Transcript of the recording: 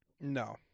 No